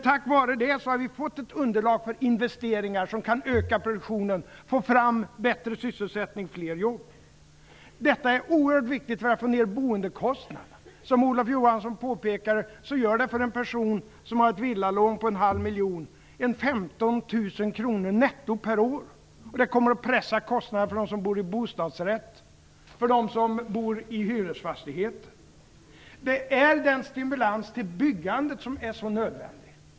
Tack vare det har vi fått ett underlag för investeringar som kan öka produktionen, leda till fler jobb och förbättra sysselsättningen. Det är också oerhört viktigt för att få ned boendekostnaderna. Som Olof Johansson påpekade innebär det för en person som har ett villalån på en halv miljon ca 15 000 kr netto per år. Det kommer att pressa ned kostnaderna för dem som bor i bostadsrätt och för dem som bor i hyresfastigheter. Stimulansen för byggandet är nödvändig.